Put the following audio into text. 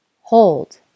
Hold